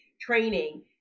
training